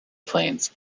plains